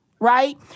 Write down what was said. Right